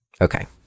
Okay